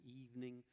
evening